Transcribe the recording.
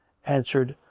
answered,